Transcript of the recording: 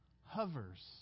hovers